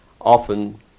often